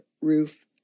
roof